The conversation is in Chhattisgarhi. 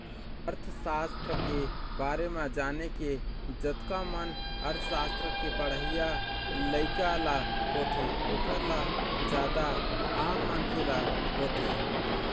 अर्थसास्त्र के बारे म जाने के जतका मन अर्थशास्त्र के पढ़इया लइका ल होथे ओखर ल जादा आम मनखे ल होथे